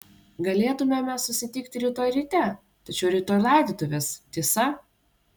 galėtumėme susitikti rytoj ryte tačiau rytoj laidotuvės tiesa